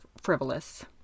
frivolous